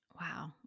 Wow